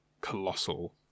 colossal